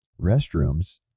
Restrooms